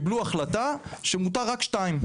קיבלו החלטה שמותר רק שתיים.